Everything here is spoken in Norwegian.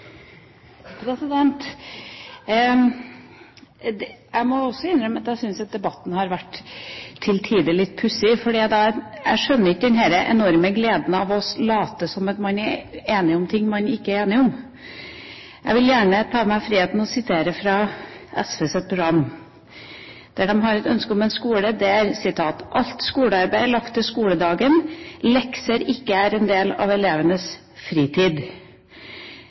hvordan det skal utnyttes. Også jeg må innrømme at jeg syns debatten til tider har vært litt pussig. Jeg skjønner ikke denne enorme gleden over å late som om man er enig om ting man ikke er enig om. Jeg vil gjerne ta meg den frihet å sitere fra SVs program. Der står det – og dette har de et ønske om: «Alt skole-arbeid er lagt til skoledagen, og lekser er ikke en del av elevenes fritid.»